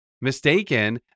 mistaken